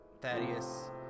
Thaddeus